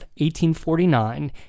1849